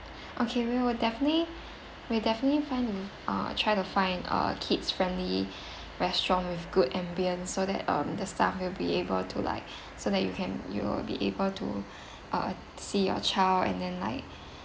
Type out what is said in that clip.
okay we will definitely will definitely find a uh try to find a kids friendly restaurant with good ambience so that um the staff will be able to like so that you can you'll be able to uh see your child and then like